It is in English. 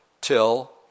till